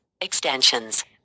Extensions